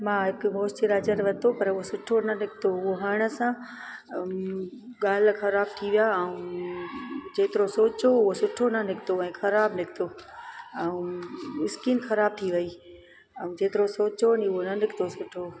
मां हिकु मोश्चुराइजर वरितो पर उहा सुठो न निकितो उहो हणण सां ॻाल्हि ख़राबु थी विया ऐं जेतिरो सोचो हुओ सुठो न निकितो ऐं ख़राबु निकितो ऐं स्किन ख़राबु थी वेई ऐं जेतिरो सोचियो उहा न निकितो सुठो